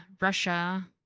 Russia